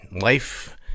life